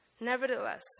Nevertheless